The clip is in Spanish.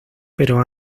pero